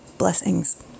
blessings